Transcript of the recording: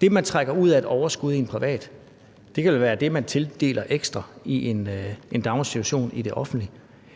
Det, man trækker ud af et overskud i en privat, kan vel være det, man tildeler ekstra i en daginstitution i det offentlige.